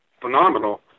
phenomenal